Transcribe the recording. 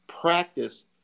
practice